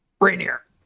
Rainier